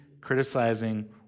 criticizing